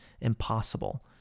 impossible